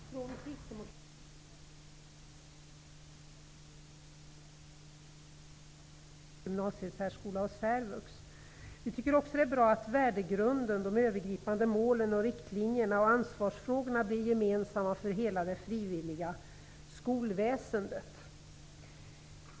Herr talman! Från kristdemokraternas sida ser vi det som en klar fördel att vi nu har fått en gemensam läroplan för gymnasieskolan, komvux, gymnasiesärskolan och särvux. Vi tycker också att det är bra att värdegrunden, de övergripande målen och riktlinjerna och ansvarsfrågorna blir gemensamma för hela det frivilliga skolväsendet.